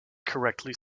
correctly